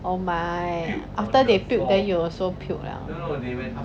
oh my after they puke then you also puke liao